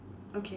okay